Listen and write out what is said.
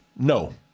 No